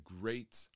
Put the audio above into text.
great